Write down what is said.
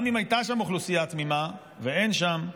גם אם הייתה שם אוכלוסייה תמימה, ואין שם,